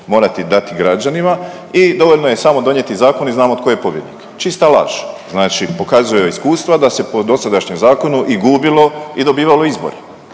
morati dati građanima i dovoljno je samo donijeti zakon i znamo tko je pobjednik. Čista laž. Znači pokazuje iskustva da se po dosadašnjem zakonu i gubilo i dobivalo izbore.